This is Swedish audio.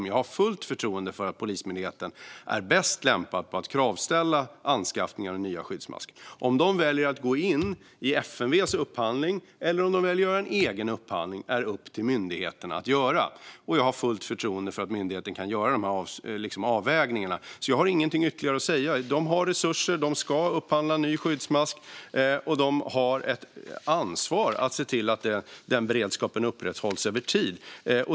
Jag har fullt förtroende för att Polismyndigheten är bäst lämpad att kravställa anskaffningen av den nya skyddsmasken. Om man väljer att gå in i FMV:s upphandling eller om man väljer att göra en egen upphandling är upp till myndigheten att avgöra. Jag har fullt förtroende för att myndigheten kan göra de avvägningarna, så jag har inget ytterligare att säga. De har resurser, de ska upphandla ny skyddsmask och de har ett ansvar att se till att den beredskapen upprätthålls över tid.